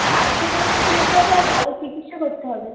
স্বাস্থ্যকেন্দ্র যেতে হবে আর ভালো চিকিৎসা করতে হবে